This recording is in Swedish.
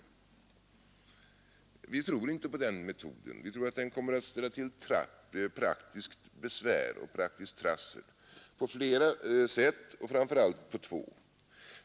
Vi tror inte på den metoden då vi menar att den kommer att ställa till praktiskt besvär och trassel på flera sätt och framför allt på två sätt.